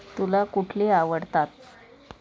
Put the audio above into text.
तुला कुठली आवडतात